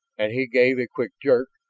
and he gave a quick jerk,